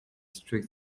strict